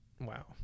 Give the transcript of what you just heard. Wow